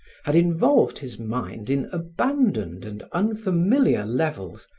had involved his mind in abandoned and unfamiliar levels,